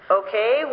okay